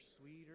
sweeter